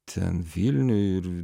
ten vilniuj ir